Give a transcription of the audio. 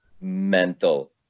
mental